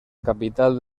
capital